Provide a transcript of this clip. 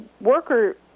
worker